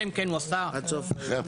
אלא אם כן הוא עשה משהו נוראי.